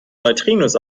neutrinos